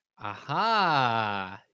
Aha